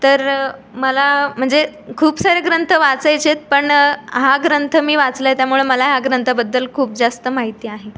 तर मला म्हणजे खूप सारे ग्रंथ वाचायचे आहेत पण हा ग्रंथ मी वाचला आहे त्यामुळे मला ह्या ग्रंथाबद्दल खूप जास्त माहिती आहे